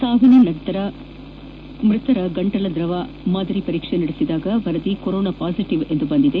ಸಾವಿನ ನಂತರ ಮೃತರ ಗಂಟಲು ದ್ರವ ಮಾದರಿ ಪರೀಕ್ಷೆ ನಡೆಸಿದಾಗ ವರದಿ ಕೊರೊನಾ ಪಾಸಿಟಿವ್ ಎಂದು ಬಂದಿದೆ